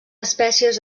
espècies